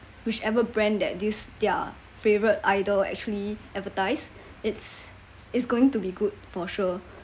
whichever brand that this their favourite idol actually advertised it's is going to be good for sure